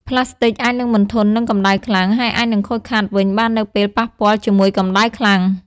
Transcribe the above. ផ្លាស្ទិកអាចនឹងមិនធន់នឹងកម្ដៅខ្លាំង ហើយអាចនឹងខូចខាតវិញបាននៅពេលប៉ះពាល់ជាមួយកម្ដៅខ្លាំង។